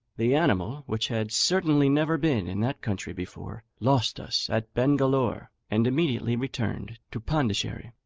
the animal, which had certainly never been in that country before, lost us at bengalore, and immediately returned to pondicherry.